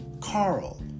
Carl